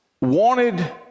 wanted